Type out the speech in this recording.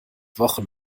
wochen